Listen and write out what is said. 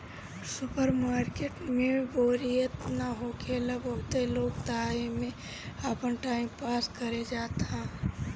super market में बोरियत ना होखेला बहुते लोग तअ एमे आपन टाइम पास करे जात हवे